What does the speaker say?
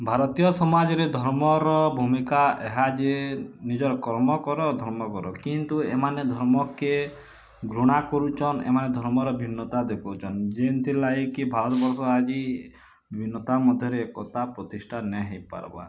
ଭାରତୀୟ ସମାଜରେ ଧର୍ମର ଭୂମିକା ଏହା ଯେ ନିଜର୍ କର୍ମ କର ଧର୍ମ କର କିନ୍ତୁ ଏମାନେ ଧର୍ମକେ ଘୃଣା କରୁଛନ୍ ଏମାନେ ଧର୍ମର ଭିନ୍ନତା ଦେଖୁଛନ୍ ଯେନଥିର ଲାଗି କି ଭାରତ୍ ବର୍ଷ ଆଜି ବିଭିନ୍ନତା ମଧ୍ୟରେ ଏକତା ପ୍ରତିଷ୍ଠା ନାଇଁ ହେଇପାରବା